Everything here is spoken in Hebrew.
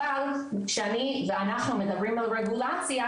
אבל כשאני ואנחנו מדברים על רגולציה,